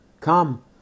Come